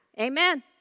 Amen